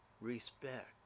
respect